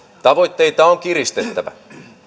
tavoitteita on kiristettävä